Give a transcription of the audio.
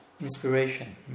inspiration